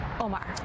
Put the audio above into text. Omar